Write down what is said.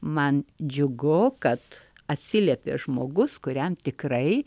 man džiugu kad atsiliepė žmogus kuriam tikrai